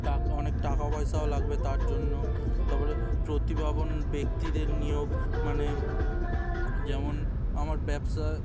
টাক অনেক টাকা পয়সাও লাগবে তার জন্য তার পরে প্রতিভাবান ব্যক্তিদের নিয়োগ মানে যেমন আমার ব্যবসা